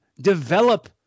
develop